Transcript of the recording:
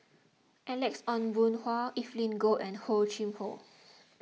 Alex Ong Boon Hau Evelyn Goh and Hor Chim or